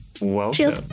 welcome